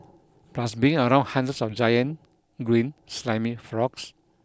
plus being around hundreds of giant green slimy frogs